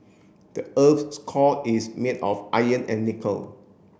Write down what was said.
the earth's core is made of iron and nickel